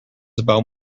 about